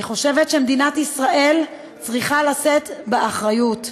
אני חושבת שמדינת ישראל צריכה לשאת באחריות,